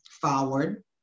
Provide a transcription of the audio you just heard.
forward